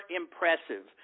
impressive